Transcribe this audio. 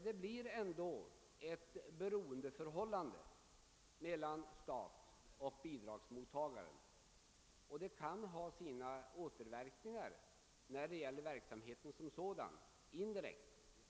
Det blir ändå ett beroendeförhållande mellan staten och bidragsmottagaren, och det kan indirekt ha sina återverkningar på verksamheten som sådan.